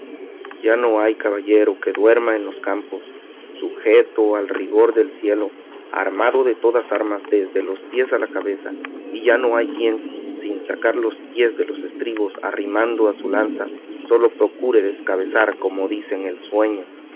ya no hay caballero que duerma en los campos sujeto al rigor del cielo armado de todas armas desde los pies a la cabeza y ya no hay quien sin sacar los pies de los estribos arrimado a su lanza sólo procure descabezar como dicen el sueño